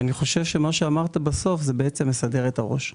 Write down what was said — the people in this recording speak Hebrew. מה שאמרת בסוף מסדר את הראש.